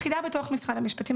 אנחנו יחידה בתוך משרד המשפטים.